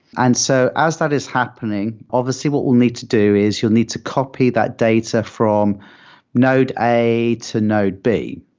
and so as that is happening, obviously what we'll need to do is you'll need to copy that data from node a to node b.